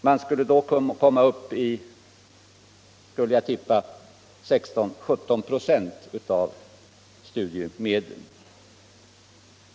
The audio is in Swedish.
Jag skulle tippa att man då skulle komma upp i 16-17 96 av studiemedlen.